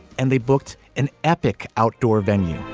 and they booked an epic outdoor venue,